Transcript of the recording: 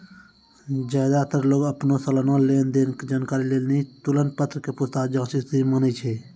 ज्यादातर लोग अपनो सलाना लेन देन के जानकारी लेली तुलन पत्र के पूछताछ जांच स्थिति मानै छै